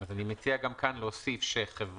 אז אני מציע גם כאן להוסיף שחברה